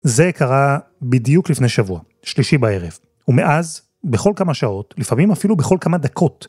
זה קרה בדיוק לפני שבוע, שלישי בערב. ומאז, בכל כמה שעות, לפעמים אפילו בכל כמה דקות.